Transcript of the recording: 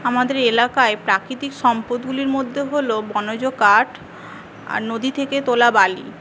আমাদের এলাকায় প্রাকৃতিক সম্পদগুলির মধ্যে হল বনজ কাঠ আর নদী থেকে তোলা বালি